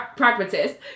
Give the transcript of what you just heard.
pragmatist